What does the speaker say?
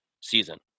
season